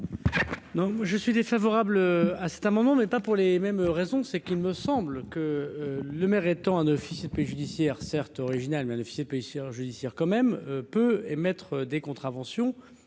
je suis défavorable à cet amendement, mais pas pour les mêmes raisons, c'est qu'il me semble que le maire étant un officier de paix judiciaire certes originale, mais officier policière, judiciaire quand même peut émettre des contraventions